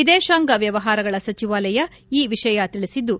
ವಿದೇಶಾಂಗ ವ್ಯವಹಾರಗಳ ಸಚಿವಾಲಯ ಈ ವಿಷಯ ತಿಳಿಸಿದ್ದು